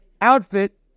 outfit